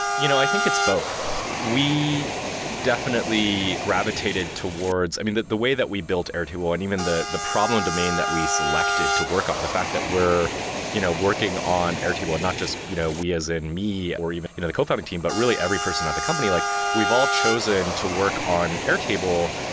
you know i think it's both. we definitely gravitated towards i mean, the way that we built airtable and even the the problem domain that we selected to work on, the fact that we're you know working on airtable and not just you know we as in me, or even you know the co-founding team, but really every person at the company, like we've all chosen to work on airtable,